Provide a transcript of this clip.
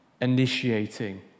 initiating